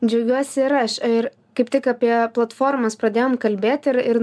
džiaugiuosi ir aš ir kaip tik apie platformas pradėjom kalbėt ir ir